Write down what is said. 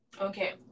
Okay